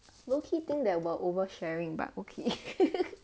low key thing there will over sharing but okay